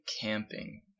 camping